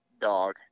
Dog